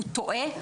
הוא טועה,